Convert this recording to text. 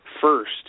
first